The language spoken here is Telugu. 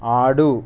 ఆడు